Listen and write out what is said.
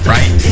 Right